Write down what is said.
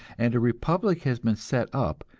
and a republic has been set up,